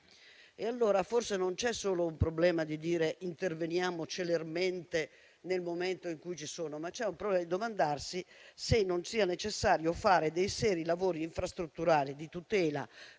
Allora forse non c'è solo il problema di intervenire celermente nel momento in cui ci sono frane, ma c'è il problema di chiedersi se non sia necessario fare dei seri lavori infrastrutturali di tutela,